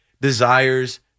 desires